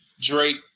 Drake